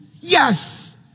Yes